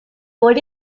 por